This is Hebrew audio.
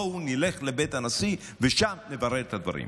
בואו נלך לבית הנשיא ושם נברר את הדברים.